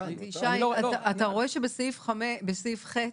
שי, אתה רואה שבתקנת משנה (ח)